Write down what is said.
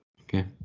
Okay